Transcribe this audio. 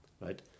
right